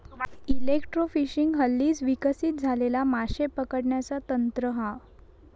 electrofishing हल्लीच विकसित झालेला माशे पकडण्याचा तंत्र हा